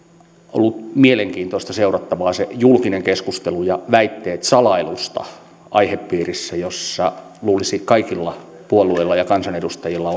ollut mielenkiintoista seurattavaa se julkinen keskustelu ja väitteet salailusta aihepiirissä jossa luulisi kaikilla puolueilla ja kansanedustajilla